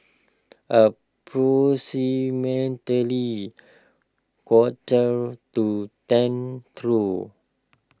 approximately quarter to ten through